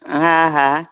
हा हा